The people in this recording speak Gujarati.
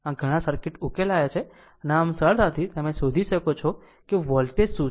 આમ ઘણા સર્કિટ્સ ઉકેલાયા છે અને આમ સરળતાથી તમે શોધી શકો છો કે વોલ્ટેજ શું છે